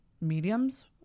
mediums